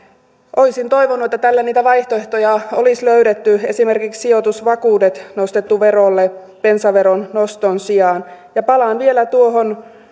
olisin toivonut että tälle niitä vaihtoehtoja olisi löydetty esimerkiksi sijoitusvakuudet olisi nostettu verolle bensaveron noston sijaan ja palaan vielä tuohon